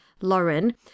Lauren